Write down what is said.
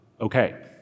okay